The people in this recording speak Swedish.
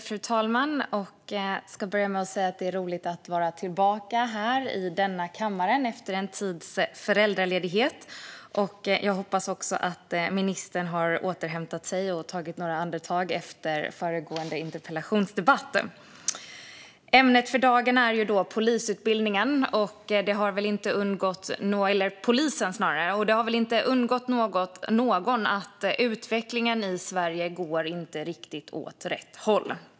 Fru talman! Det är roligt att efter en tids föräldraledighet vara tillbaka här i kammaren. Jag hoppas också att ministern har återhämtat sig och tagit några andetag efter föregående interpellationsdebatt. Ämnet för dagen är polisen. Det har nog inte undgått någon att utvecklingen i Sverige inte går åt riktigt rätt håll.